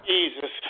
Jesus